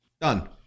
Done